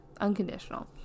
unconditional